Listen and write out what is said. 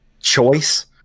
choice